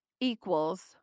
equals